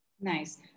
Nice